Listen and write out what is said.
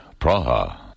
Praha